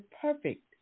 perfect